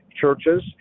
churches